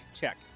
check